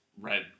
red